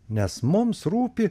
nes mums rūpi